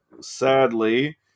sadly